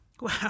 wow